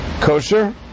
kosher